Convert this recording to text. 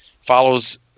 follows